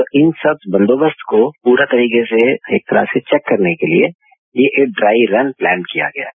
तो इन सभी बंदोबस्त को पूरा तरीके से एक ट्रेफिक चेक करने के लिए यह एक ड्राई रन प्लान किया गया है